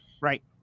Right